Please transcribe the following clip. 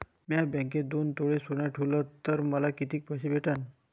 म्या बँकेत दोन तोळे सोनं ठुलं तर मले किती पैसे भेटन